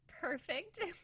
perfect